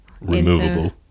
removable